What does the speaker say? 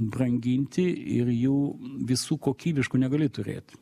branginti ir jų visų kokybiškų negali turėt